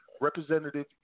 Representative